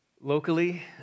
Locally